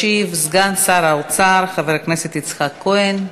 ישיב סגן שר האוצר חבר הכנסת יצחק כהן.